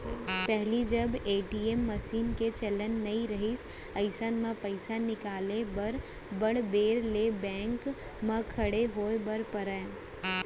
पहिली जब ATM machine के चलन नइ रहिस अइसन म पइसा निकाले बर बड़ बेर ले बेंक म खड़े होय बर परय